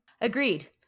Agreed